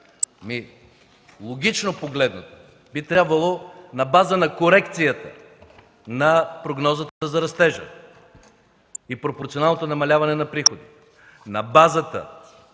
Логично погледнато би трябвало на база на корекцията на прогнозата за растежа и пропорционалното намаляване на приходи,